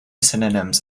synonyms